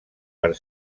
per